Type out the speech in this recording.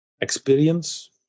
experience